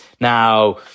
Now